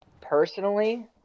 personally